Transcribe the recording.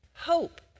hope